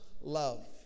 love